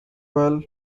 well